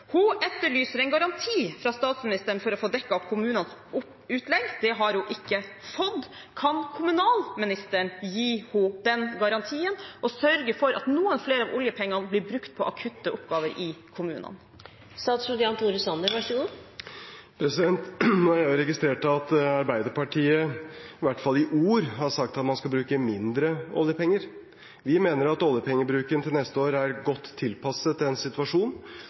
Hun etterlyser en garanti fra statsministeren for å få dekket kommunens utlegg. Det har hun ikke fått. Kan kommunalministeren gi henne den garantien og sørge for at noe mer av oljepengene blir brukt på akutte oppgaver i kommunene? Nå har jeg registrert at Arbeiderpartiet i hvert fall i ord har sagt at man skal bruke mindre oljepenger. Vi mener at oljepengebruken til neste år er godt tilpasset